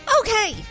Okay